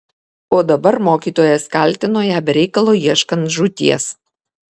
o dabar mokytojas kaltino ją be reikalo ieškant žūties